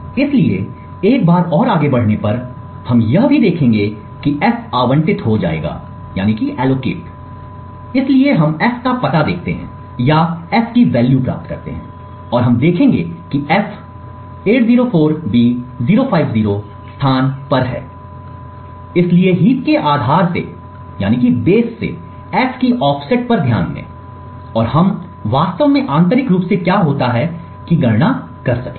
इसलिए एक बार और आगे बढ़ने पर हम यह भी देखेंगे कि f आवंटित हो जाएगा इसलिए हम f का पता देखते हैं या f की वैल्यू प्राप्त करते हैं और हम देखेंगे कि f 804b050 स्थान पर है इसलिए हीप के आधार से f की ऑफसेट पर ध्यान दें और हम वास्तव में आंतरिक रूप से क्या होता है की गणना करेंगे